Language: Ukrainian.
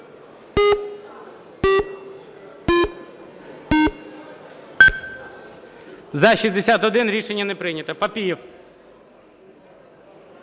За-61 Рішення не прийнято. Папієв.